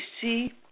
see